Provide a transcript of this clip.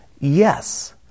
Yes